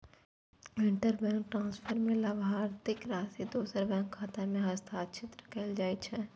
interbank transfer मे लाभार्थीक राशि दोसर बैंकक खाता मे हस्तांतरित कैल जाइ छै